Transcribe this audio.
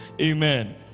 Amen